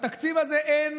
בתקציב הזה אין